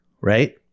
right